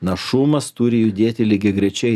našumas turi judėti lygiagrečiai